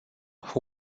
who